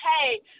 Hey